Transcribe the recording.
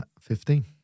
Fifteen